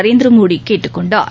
நரேந்திரமோடி கேட்டுக் கொண்டார்